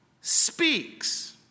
speaks